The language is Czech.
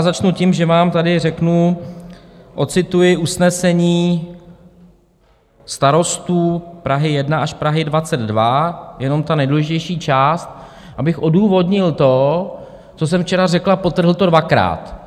Začnu tím, že vám tady řeknu, ocituji usnesení starostů Prahy 1 až Prahy 22, jenom tu nejdůležitější část, abych odůvodnil to, co jsem včera řekl, a podtrhl to dvakrát.